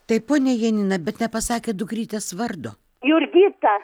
taip ponia janina bet nepasakėt dukrytės vardo jurgita